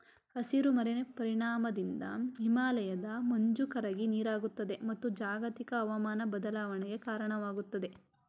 ಹಸಿರು ಮನೆ ಪರಿಣಾಮದಿಂದ ಹಿಮಾಲಯದ ಮಂಜು ಕರಗಿ ನೀರಾಗುತ್ತದೆ, ಮತ್ತು ಜಾಗತಿಕ ಅವಮಾನ ಬದಲಾವಣೆಗೆ ಕಾರಣವಾಗುತ್ತದೆ